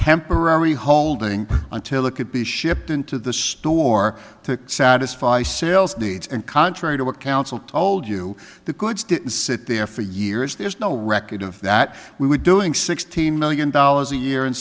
temporary holding until look at be shipped into the store to satisfy sales needs and contrary to what council told you the goods didn't sit there for years there's no record of that we were doing sixteen million dollars a year in